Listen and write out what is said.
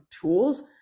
tools